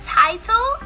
title